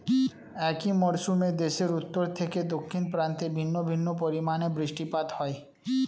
একই মরশুমে দেশের উত্তর থেকে দক্ষিণ প্রান্তে ভিন্ন ভিন্ন পরিমাণে বৃষ্টিপাত হয়